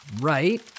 right